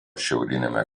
šiauriniame